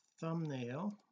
thumbnail